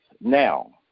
now